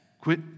Quit